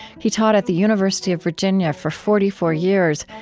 he taught at the university of virginia for forty four years,